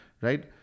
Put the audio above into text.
right